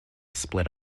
split